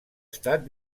estat